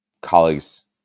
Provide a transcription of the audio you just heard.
colleagues